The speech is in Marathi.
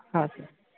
हां सर